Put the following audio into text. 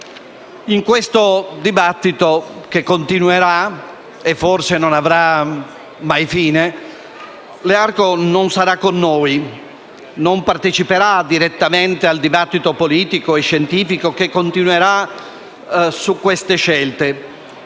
In questa discussione, che continuerà e forse non avrà mai fine, Learco non sarà con noi, non parteciperà direttamente al dibattito politico e scientifico che continuerà su queste scelte.